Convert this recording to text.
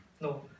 No